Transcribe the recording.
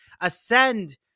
ascend